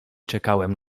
czekałem